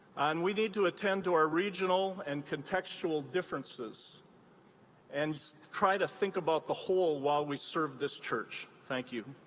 and we need to attend to our regional and contextual differences and try to think about the whole while we serve this church. thank you.